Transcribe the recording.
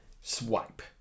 swipe